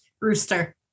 Rooster